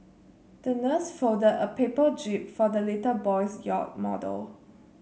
the nurse folded a paper jib for the little boy's yacht model